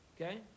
Okay